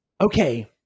Okay